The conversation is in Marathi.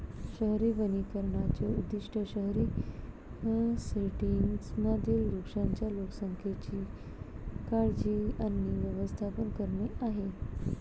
शहरी वनीकरणाचे उद्दीष्ट शहरी सेटिंग्जमधील वृक्षांच्या लोकसंख्येची काळजी आणि व्यवस्थापन करणे आहे